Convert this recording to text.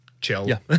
chill